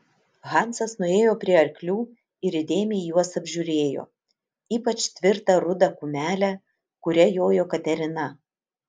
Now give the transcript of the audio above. hansas nuėjo prie arklių ir įdėmiai juos apžiūrėjo ypač tvirtą rudą kumelę kuria jojo katerina